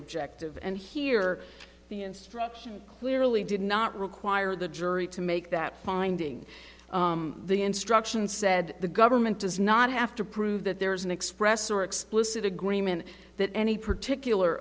objective and here the instruction clearly did not require the jury to make that finding the instructions said the government does not have to prove that there is an express or explicit agreement that any particular